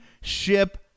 ship